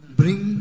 bring